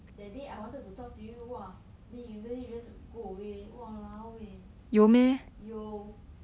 that day I wanted to talk to you !wah! then you immediately just go away walao eh 有